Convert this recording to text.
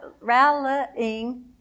Rallying